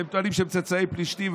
הם טוענים שהם צאצאי פלישתים,